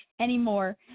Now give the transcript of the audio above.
anymore